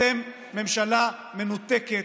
אתם ממשלה מנותקת,